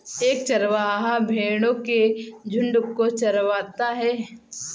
एक चरवाहा भेड़ो के झुंड को चरवाता है